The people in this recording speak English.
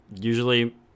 usually